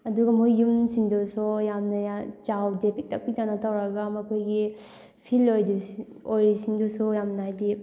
ꯑꯗꯨꯒ ꯃꯣꯏ ꯌꯨꯝꯁꯤꯡꯗꯨꯁꯨ ꯌꯥꯝꯅ ꯆꯥꯎꯗꯦ ꯄꯤꯛꯇꯛ ꯄꯤꯛꯇꯛꯅ ꯇꯧꯔꯒ ꯃꯈꯣꯏꯒꯤ ꯐꯤꯜ ꯑꯣꯗꯣꯏꯁꯤ ꯑꯣꯏꯔꯤꯁꯤꯡꯗꯨꯁꯨ ꯌꯥꯝꯅ ꯍꯥꯏꯗꯤ